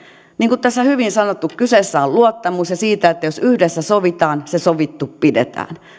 niin kuin tässä on hyvin sanottu kyseessä on luottamus ja se että jos yhdessä sovitaan se sovittu pidetään